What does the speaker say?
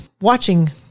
watching